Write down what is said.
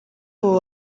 abo